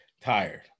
tired